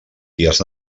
dies